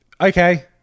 Okay